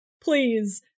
please